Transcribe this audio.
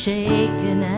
Shaken